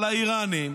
על האיראנים.